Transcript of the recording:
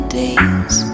days